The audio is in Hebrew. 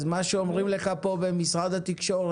אז מה שאומרים לך פה במשרד התקשורת,